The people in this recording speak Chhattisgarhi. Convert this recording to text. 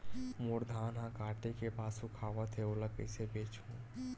मोर धान ह काटे के बाद सुखावत हे ओला कइसे बेचहु?